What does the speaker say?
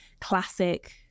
classic